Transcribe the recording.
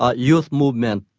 ah youth movement,